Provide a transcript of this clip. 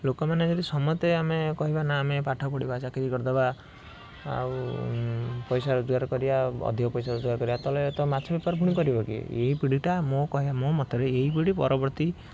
ଲୋକମାନେ ଯଦି ସମସ୍ତେ ଆମେ କହିବା ନା ଆମେ ପାଠପଢ଼ିବା ଚାକିରି କରିଦେବା ଆଉ ପଇସା ରୋଜଗାର କରିବା ଅଧିକ ପଇସା ରୋଜଗାର କରିବା ତା'ହେଲେ ମାଛ ବେପାର ଫୁଣି କରିବ କିଏ ଏଇ ପିଢ଼ିଟା ମୋ କହିବା ମୋ ମତରେ ଏଇ ପିଢ଼ି ପରବର୍ତ୍ତୀ